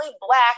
Black